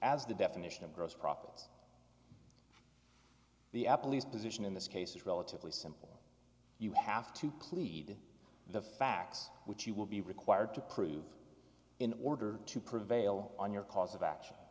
as the definition of gross profits the applebee's position in this case is relatively simple you have to plead the facts which you will be required to prove in order to prevail on your cause of action